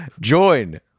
Join